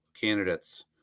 candidates